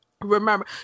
remember